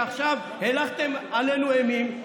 עכשיו הילכתם עלינו אימים,